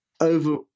over